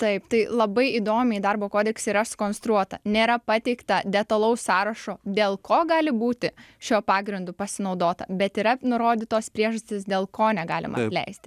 taip tai labai įdomiai darbo kodekse yra sukonstruota nėra pateikta detalaus sąrašo dėl ko gali būti šiuo pagrindu pasinaudota bet yra nurodytos priežastys dėl ko negalima atleisti